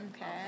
okay